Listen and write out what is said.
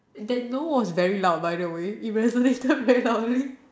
the noise was very loud by the way it resonated very loudly